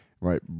right